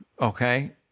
okay